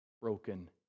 broken